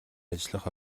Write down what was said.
ажиллах